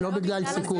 לא בגלל סיכון.